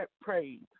prayed